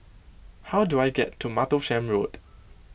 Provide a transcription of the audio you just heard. how do I get to Martlesham Road